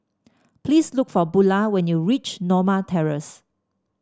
please look for Bula when you reach Norma Terrace